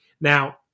Now